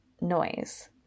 noise